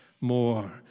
more